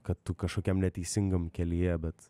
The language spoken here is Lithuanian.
kad tu kažkokiam neteisingam kelyje bet